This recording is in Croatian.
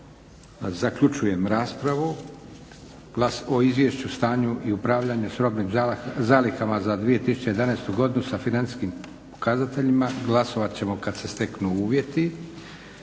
Zaključujem raspravu. O izvješću o stanju i upravljanju s robnim zalihama za 2011.godinu sa financijskim pokazateljima glasovat ćemo kad se steknu uvjeti.